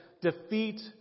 defeat